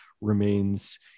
remains